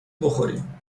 بخوریم